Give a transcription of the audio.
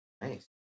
Nice